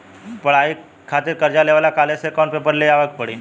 पढ़ाई खातिर कर्जा लेवे ला कॉलेज से कौन पेपर ले आवे के पड़ी?